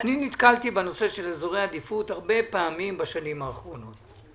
אני נתקלתי בנושא אזורי עדיפות הרבה פעמים בשנים האחרונות.